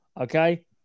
Okay